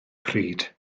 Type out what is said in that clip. pryd